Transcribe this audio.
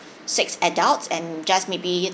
six adults and just maybe